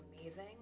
amazing